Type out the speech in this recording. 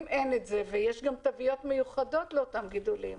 יש גם תוויות מיוחדות לאותם גידולים,